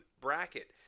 bracket